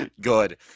Good